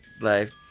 life